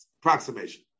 approximation